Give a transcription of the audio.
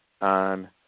on